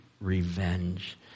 revenge